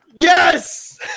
Yes